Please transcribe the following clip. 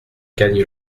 gagne